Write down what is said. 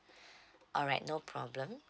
alright no problem